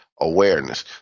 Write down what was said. Awareness